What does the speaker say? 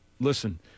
listen